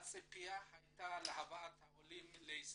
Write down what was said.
הציפיה הייתה להגעת העולים לישראל,